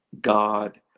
God